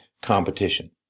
competition